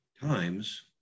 times